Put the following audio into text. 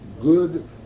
good